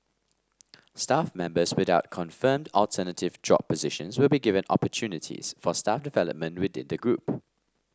staff members without confirmed alternative job positions will be given opportunities for staff development within the group